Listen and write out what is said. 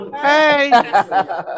Hey